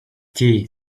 tea